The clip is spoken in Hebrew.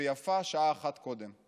ויפה שעה אחת קודם.